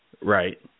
Right